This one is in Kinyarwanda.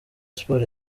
sports